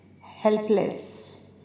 helpless